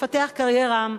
לפתח קריירה,